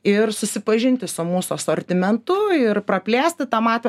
ir susipažinti su mūsų asortimentu ir praplėsti tą mato